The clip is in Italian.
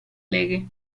leghe